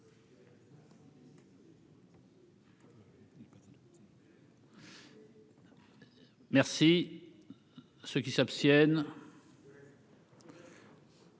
Merci